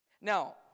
Now